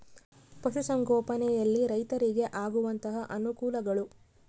ಪಶುಸಂಗೋಪನೆಯಲ್ಲಿ ರೈತರಿಗೆ ಆಗುವಂತಹ ಅನುಕೂಲಗಳು?